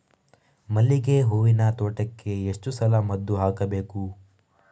ಮಲ್ಲಿಗೆ ಹೂವಿನ ತೋಟಕ್ಕೆ ಎಷ್ಟು ಸಲ ಮದ್ದು ಹಾಕಬೇಕು?